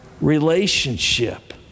relationship